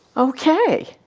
okay.